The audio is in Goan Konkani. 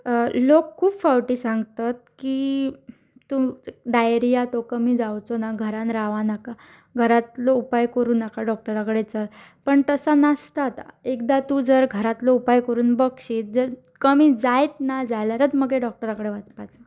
लोक खूब फावटी सांगतात की तूं डायरिया तो कमी जावचो ना घरान रावा नाका घरांतलो उपाय करूं नाका डॉक्टराकडे च पण तसो नासतात एकदां तूं जर घरांतलो उपाय करून बक्षीत जर कमी जायत ना जाल्यारच म्हगेर डॉक्टरा कडेन वचपाच